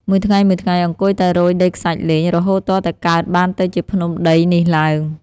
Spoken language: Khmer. មួយថ្ងៃៗ អង្គុយតែរោយដីខ្សាច់លេង រហូតទាល់តែកើតបានទៅជាភ្នំដីនេះឡើង ។